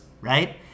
right